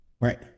right